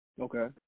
Okay